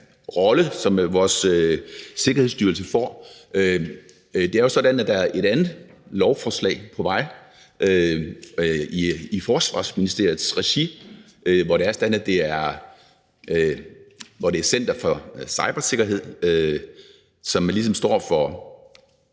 rolle, som vores Sikkerhedsstyrelse får, er det også sådan, at der er et andet lovforslag på vej i Forsvarsministeriets regi, hvor det er Center for Cybersikkerhed, som ligesom står som